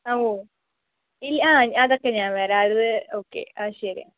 ആ ഓ ഇല്ല ആ അതൊക്കെ ഞാൻ വരാം അത് ഓക്കെ അത് ശരിയാണ്